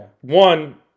One